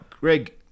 Greg